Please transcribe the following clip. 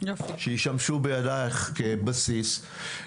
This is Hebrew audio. שישמשו בידייך כבסיס.